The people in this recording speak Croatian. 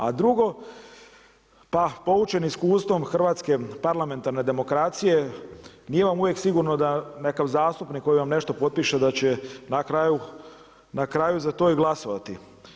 A drugo, pa poučeni iskustvom hrvatske parlamentarne demokracije nije vam uvijek sigurno da neki zastupnik koji vam nešto potpiše da će na kraju za to i glasovati.